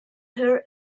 her